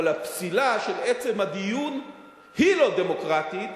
אבל הפסילה של עצם הדיון היא לא דמוקרטית,